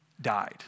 died